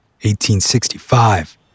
1865